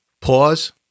pause